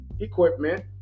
equipment